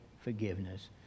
forgiveness